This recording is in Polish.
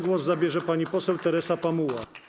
Głos zabierze pani poseł Teresa Pamuła.